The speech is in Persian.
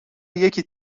یکی